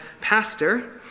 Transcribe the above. pastor